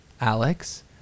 Alex